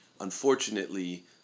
unfortunately